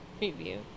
review